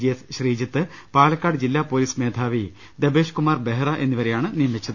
G S Sreeji ത്ത് പാലക്കാട് ജില്ലാ police മേധാവി ദേബേഷ്കുമാർ ബെഹ്റ എന്നിവ രെയാണ് നിയമിച്ചത്